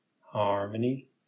Harmony